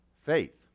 Faith